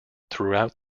throughout